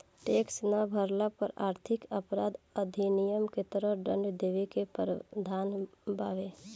tax ना भरला पर आर्थिक अपराध अधिनियम के तहत दंड देवे के प्रावधान बावे